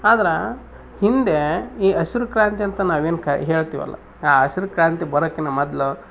ಆದ್ರೆ ಹಿಂದೆ ಈ ಹಸಿರ್ ಕ್ರಾಂತಿ ಅಂತ ನಾವು ಏನು ಕ ಹೇಳ್ತೀವಲ್ಲ ಆ ಹಸಿರ್ ಕ್ರಾಂತಿ ಬರೊಕ್ಕಿನ ಮೊದ್ಲ್